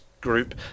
group